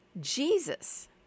Jesus